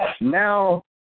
Now